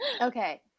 Okay